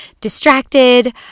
distracted